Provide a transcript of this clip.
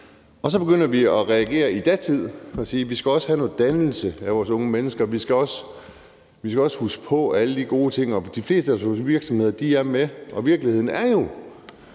og så begynder vi at reagere ud fra datiden og sige, at vi også skal have noget dannelse af vores unge menneske, og at vi også skal huske på alle de gode ting. De fleste af vores virksomheder er med, og virkeligheden er jo